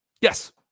Yes